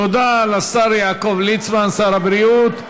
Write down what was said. תודה לשר יעקב ליצמן, שר הבריאות.